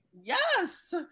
Yes